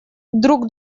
друг